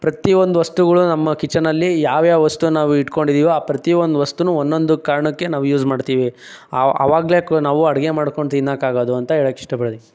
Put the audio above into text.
ಪ್ರತಿಯೊಂದು ವಸ್ತುಗಳು ನಮ್ಮ ಕಿಚನಲ್ಲಿ ಯಾವ್ಯಾವ ವಸ್ತು ನಾವು ಇಟ್ಕೊಂಡಿದ್ದೀವೋ ಆ ಪ್ರತಿಯೊಂದು ವಸ್ತುನು ಒಂದೊಂದು ಕಾರಣಕ್ಕೆ ನಾವು ಯೂಸ್ ಮಾಡ್ತೀವಿ ಆವ ಆವಾಗ್ಲೆ ನಾವು ಅಡುಗೆ ಮಾಡ್ಕೊಂಡು ತಿನ್ನೋಕ್ಕಾಗೋದು ಅಂತ ಹೇಳೋಕೆ ಇಷ್ಟಪಡ್ತೀನಿ